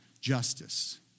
justice